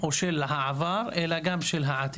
ולא על איך אנחנו עכשיו מגבירים את פעילות